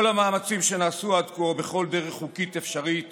כל המאמצים שנעשו עד כה בכל דרך חוקית אפשרית